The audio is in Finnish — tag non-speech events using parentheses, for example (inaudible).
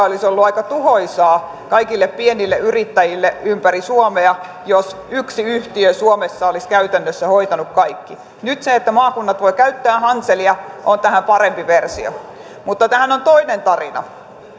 (unintelligible) olisi ollut aika tuhoisaa kaikille pienille yrittäjille ympäri suomea jos yksi yhtiö suomessa olisi käytännössä hoitanut kaikki nyt se että maakunnat voi käyttää hanselia on tähän parempi versio mutta tähän on toinen tarina